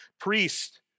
priest